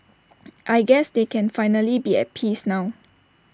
I guess they can finally be at peace now